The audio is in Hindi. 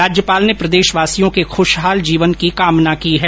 राज्यपाल ने प्रदेशवासियों के खुशहाल जीवन की कामना की है